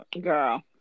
girl